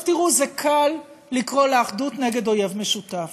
עכשיו, תראו, זה קל לקרוא לאחדות נגד אויב משותף.